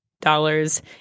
dollars